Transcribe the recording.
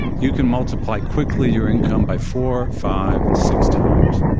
you can multiply, quickly, your income by four, five, six times.